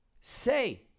Say